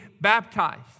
baptized